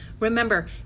Remember